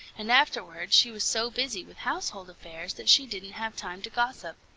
and afterward she was so busy with household affairs that she didn't have time to gossip.